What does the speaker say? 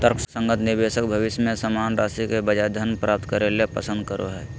तर्कसंगत निवेशक भविष्य में समान राशि के बजाय धन प्राप्त करे ल पसंद करो हइ